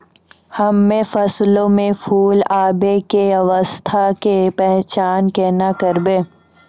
हम्मे फसलो मे फूल आबै के अवस्था के पहचान केना करबै?